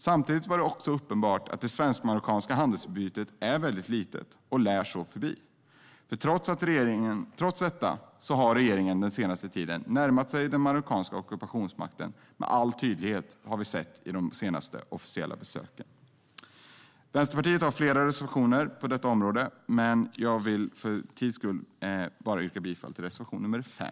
Samtidigt var det uppenbart att det svensk-marockanska handelsutbytet är väldigt litet och lär förbli så. Trots det har vi med all tydlighet sett att regeringen den senaste tiden har närmat sig den marockanska ockupationsmakten under de senaste officiella besöken. Vänsterpartiet har flera reservationer på detta område, men för tids vinnande yrkar jag bara bifall till reservation 5.